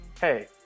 Hey